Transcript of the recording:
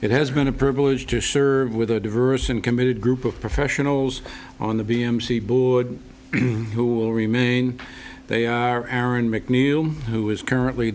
it has been a privilege to serve with a diverse and committed group of professionals on the b m c bood who will remain they are aaron mcneal who is currently